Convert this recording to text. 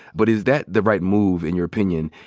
but is that the right move in your opinion?